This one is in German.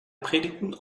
predigten